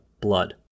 blood